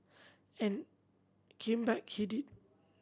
and came back he did